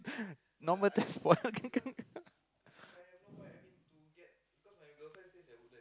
normal transport